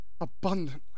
abundantly